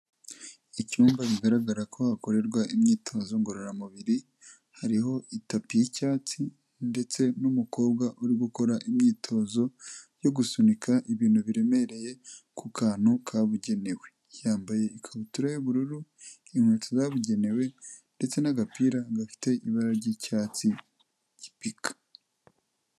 Icyumba bigaragara ko hakorerwa imyitozo ngororamubiri, hariho itapi y'icyatsi ndetse n'umukobwa uri gukora imyitozo yo gusunika ibintu biremereye ku kantu kabugenewe, yambaye ikabutura y'ubururu, inkweto zabugenewe ndetse n'agapira gafite ibara ry'icyatsi gipika.